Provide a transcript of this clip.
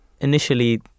initially